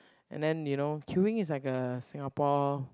and then you know queueing is like a Singapore